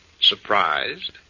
Surprised